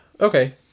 okay